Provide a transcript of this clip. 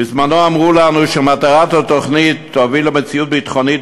בזמנו אמרו לנו שמטרת התוכנית היא להביא למציאות ביטחונית,